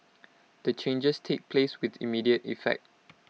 the changes take place with immediate effect